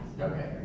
okay